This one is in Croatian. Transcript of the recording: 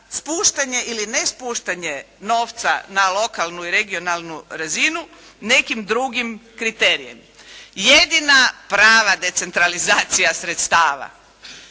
spuštanje ili nespuštanje novca na lokalnu i regionalnu razinu nekim drugim kriterijem. Jedina prava decentralizacija sredstava